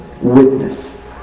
witness